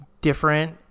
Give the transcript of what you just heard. different